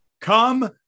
Come